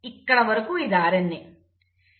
ఇక్కడి వరకు ఇది RNA